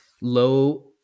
low